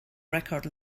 record